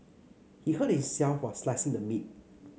he hurt himself while slicing the meat